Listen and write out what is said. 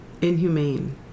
inhumane